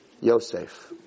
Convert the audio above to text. Yosef